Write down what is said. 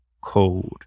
code